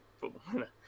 footballer